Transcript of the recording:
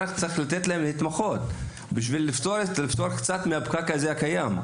רק צריך לתת להם להתמחות כדי לשחרר קצת את הפקק הקיים.